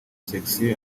sexy